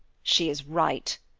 she is right!